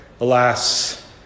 Alas